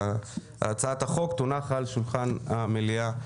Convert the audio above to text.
הצעת החוק תונח היום על שולחן המליאה.